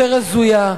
יותר הזויה,